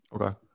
okay